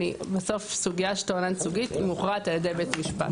בסוף סוגיה של תביעה ייצוגית מוכרעת על ידי בית משפט.